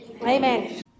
Amen